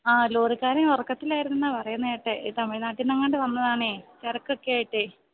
ആ ലോറിക്കാരനും ഉറക്കത്തിലായിരുന്നെന്നാണു പറയുന്നതുകേട്ടത് തമിഴ്നാട്ടില്നിന്നങ്ങാണ്ടു വന്നതാണേ ചരക്കൊക്കെ ആയിട്ടേ